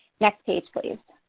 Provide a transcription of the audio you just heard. next page, please.